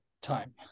Time